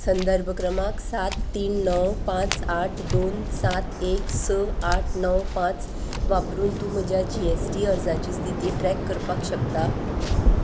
संदर्भ क्रमांक सात तीन णव पांच आठ दोन सात एक स आठ णव पांच वापरून तूं म्हज्या जी एस टी अर्जाची स्थिती ट्रॅक करपाक शकता